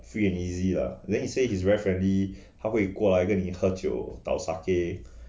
free and easy lah then he say he's very friendly 他会过来跟你喝酒倒 sake